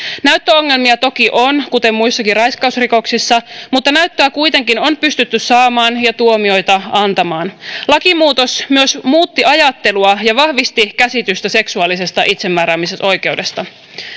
näyttöongelmia toki on kuten muissakin raiskausrikoksissa mutta näyttöä kuitenkin on pystytty saamaan ja tuomioita antamaan lakimuutos myös muutti ajattelua ja vahvisti käsitystä seksuaalisesta itsemääräämisoikeudesta